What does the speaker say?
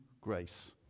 grace